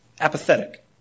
apathetic